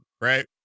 right